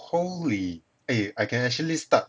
holy eh I can actually start